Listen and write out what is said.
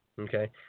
okay